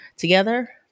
Together